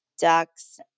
ducks